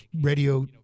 radio